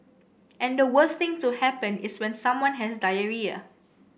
and the worst thing to happen is when someone has diarrhoea